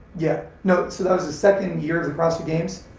yeah, no so that was the second year of the crossfit games.